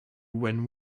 when